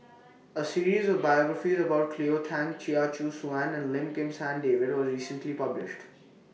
A series of biographies about Cleo Thang Chia Choo Suan and Lim Kim San David was recently published